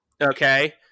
okay